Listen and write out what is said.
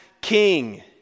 king